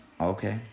Okay